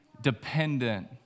dependent